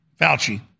Fauci